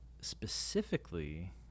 specifically